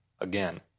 again